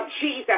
Jesus